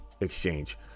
exchange